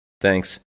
Thanks